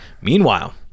Meanwhile